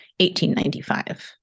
1895